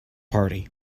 party